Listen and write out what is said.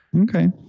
okay